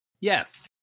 yes